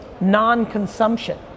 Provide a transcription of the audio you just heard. non-consumption